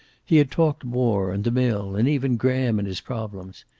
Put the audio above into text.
he had talked war, and the mill, and even graham and his problems.